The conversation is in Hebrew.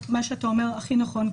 מה שאתה אומר הוא הכי נכון,